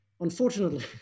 unfortunately